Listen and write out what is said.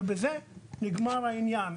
ובזה נגמר העניין.